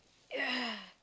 ya